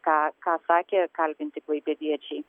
ką ką sakė kalbinti klaipėdiečiai